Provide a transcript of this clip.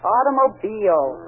Automobile